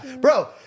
Bro